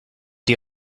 die